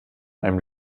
einem